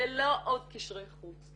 זה לא עוד קשרי חוץ.